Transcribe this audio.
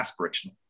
aspirational